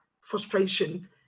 frustration